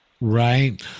Right